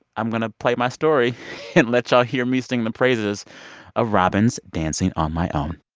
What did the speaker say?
i'm going to play my story and let y'all hear me sing the praises of robyn's dancing on my own.